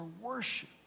worship